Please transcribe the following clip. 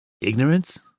ignorance